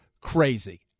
crazy